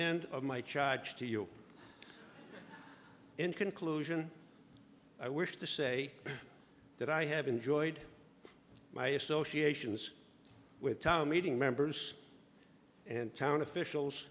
end of my charge to you in conclusion i wish to say that i have enjoyed my associations with tom leading members and town officials